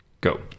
Go